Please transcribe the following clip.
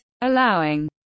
Allowing